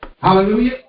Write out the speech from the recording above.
Hallelujah